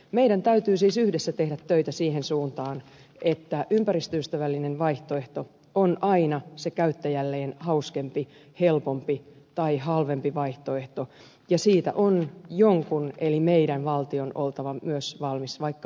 meidän täytyy siis yhdessä tehdä töitä siihen suuntaan että ympäristöystävällinen vaihtoehto on aina se käyttäjälleen hauskempi helpompi tai halvempi vaihtoehto ja siitä on jonkun eli meidän valtion oltava myös valmis vaikkapa maksamaan